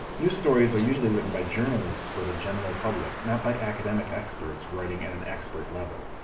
news stories are usually written by journalists for the general public, not by academic experts writing at an expert level.